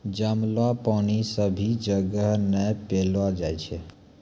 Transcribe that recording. जमलो पानी सभी जगह नै पैलो जाय छै